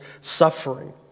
suffering